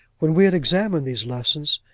when we had examined these lessons,